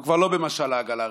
אנחנו כבר לא במשל העגלה הריקה,